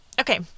Okay